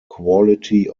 quality